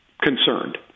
concerned